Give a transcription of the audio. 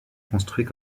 construit